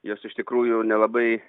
jos iš tikrųjų nelabai